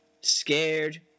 scared